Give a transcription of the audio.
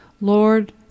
Lord